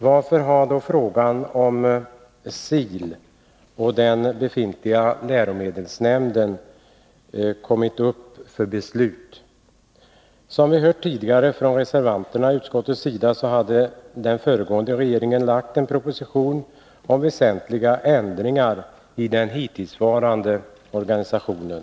Varför har vi då ärendet om SIL och den befintliga läromedelsnämnden uppe till beslut? Som vi har hört tidigare från reservanternas i utskottet sida hade den föregående regeringen lagt en proposition om väsentliga ändringar i den hittillsvarande organisationen.